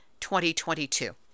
2022